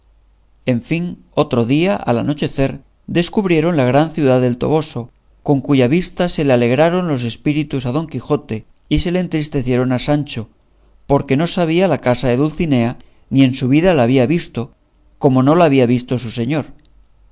en fin otro día al anochecer descubrieron la gran ciudad del toboso con cuya vista se le alegraron los espíritus a don quijote y se le entristecieron a sancho porque no sabía la casa de dulcinea ni en su vida la había visto como no la había visto su señor